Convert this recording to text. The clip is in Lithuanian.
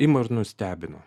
ima ir nustebina